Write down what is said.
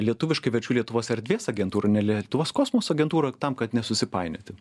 lietuviškai verčiu lietuvos erdvės agentūra ne lietuvos kosmoso agentūra tam kad nesusipainioti